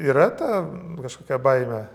yra ta kažkokia baimė